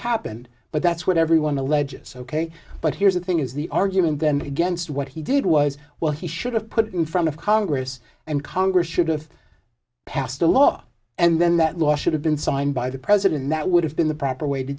happened but that's what everyone alleges ok but here's the thing is the argument then against what he did was well he should have put it in front of congress and congress should have passed a law and then that law should have been signed by the president that would have been the proper way to